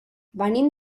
venim